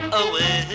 away